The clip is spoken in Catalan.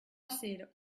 ser